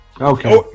Okay